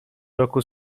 roku